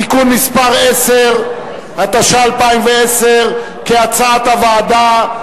(תיקון מס' 10), התשע"א 2010, כהצעת הוועדה,